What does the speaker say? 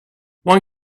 one